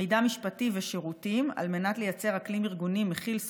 מידע משפטי ושירותים על מנת לייצר אקלים ארגוני מכיל,